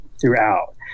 throughout